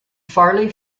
farley